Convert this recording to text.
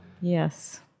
Yes